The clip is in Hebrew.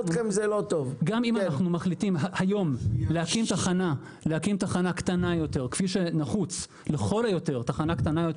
היום אנחנו מחליטים להקים תחנה קטנה יותר כפי שנחוץ באחיטוב,